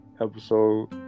episode